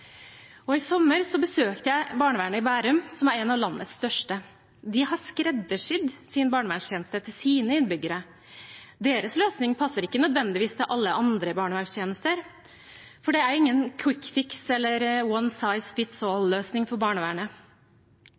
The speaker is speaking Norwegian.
I sommer besøkte jeg barnevernet i Bærum, som er et av landets største. De har skreddersydd sin barnevernstjeneste til sine innbyggere. Deres løsning passer ikke nødvendigvis til alle andre barnevernstjenester, for det er ingen kvikkfiks- eller «one size fits all»-løsning for barnevernet.